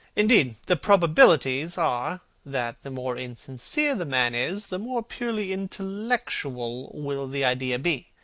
indeed, the probabilities are that the more insincere the man is, the more purely intellectual will the idea be,